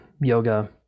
yoga